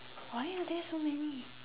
why are there so many